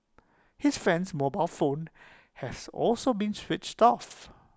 his friend's mobile phone has also been switched off